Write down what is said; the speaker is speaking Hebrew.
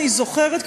אני זוכרת,